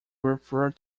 refer